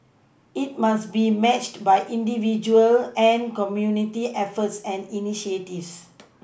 it must be matched by individual and community efforts and initiatives